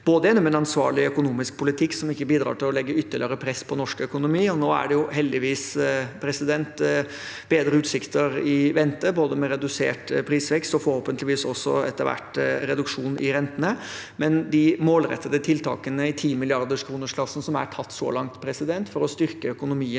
gjennom en ansvarlig økonomisk politikk som ikke bidrar til å legge ytterligere press på norsk økonomi. Nå er det heldigvis bedre utsikter i vente, både med redusert prisvekst og forhåpentligvis også etter hvert reduksjon i rentene, men de målrettede tiltakene i timilliarderkronersklassen som er tatt så langt – for å styrke økonomien